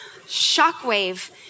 shockwave